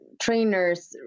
trainers